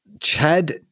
Chad